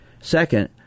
Second